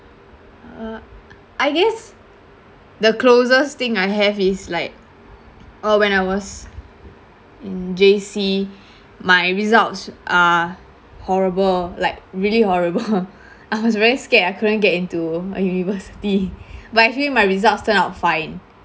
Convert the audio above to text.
uh I guess the closest thing I have it's like uh when I was in J_C my results are horrible like really horrible I was very scared I couldn't get into a university but actually my results turn out fine